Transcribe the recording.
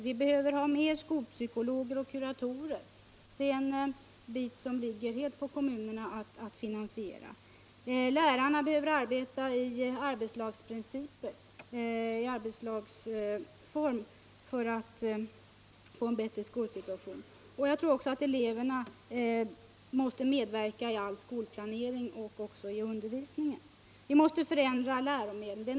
Vi behöver flera skolpsykologer och kuratorer, en bit som det helt åligger kommunerna att finansiera. Lärarna behöver arbeta i arbetslag för att få en bättre skolsituation. Jag tror att också eleverna måste medverka i all skolplanering och även i undervisningen. Vi måste förändra läromedlen.